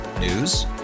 News